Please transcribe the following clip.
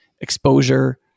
exposure